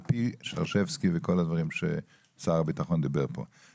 על פי שרשבסקי וכל הדברים ששר הביטחון דיבר פה עליהם.